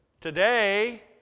Today